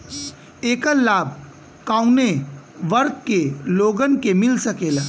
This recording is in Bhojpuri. ऐकर लाभ काउने वर्ग के लोगन के मिल सकेला?